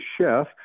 chef